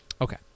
Okay